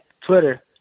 Twitter